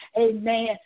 Amen